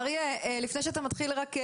אריה, לפני שאתה מתחיל רק,